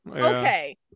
Okay